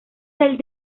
del